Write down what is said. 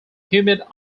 humid